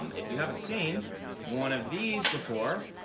um if you haven't seen one of these before,